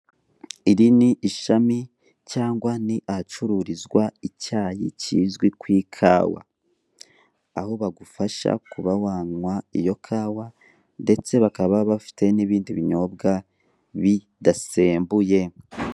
Iri ni ishami cyangwa ni ahacururizwa icyayi kizwi ku ikawa, aho bagufasha kuba wanywa iyo kawa ndetse bakaba bafite n'ibindi binyobwa bidasembuye.